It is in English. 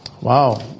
Wow